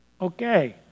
Okay